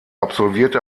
absolvierte